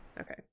Okay